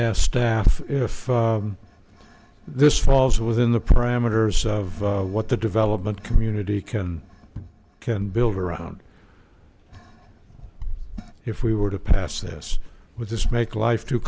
ask staff if this falls within the parameters of what the development community can can build around if we were to pass this would this make life too